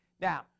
Now